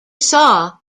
saw